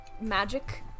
magic